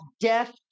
death